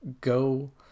go